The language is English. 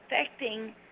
affecting